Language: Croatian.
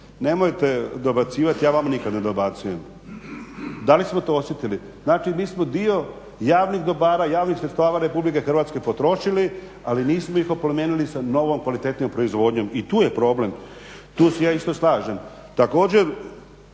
Nemojte dobacivati, ja vama nikad ne dobacujem. Da li smo to osjetili? Znači, mi smo dio javnih dobara, javnih sredstava RH potrošili, ali nismo ih oplemenili sa novom kvalitetnijom proizvodnjom i tu je problem. Tu se ja isto slažem. Također,